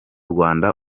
rwanda